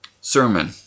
sermon